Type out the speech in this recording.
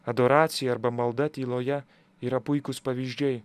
adoracija arba malda tyloje yra puikūs pavyzdžiai